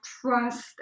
trust